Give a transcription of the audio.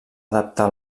adaptar